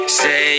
say